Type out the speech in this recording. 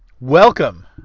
Welcome